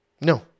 No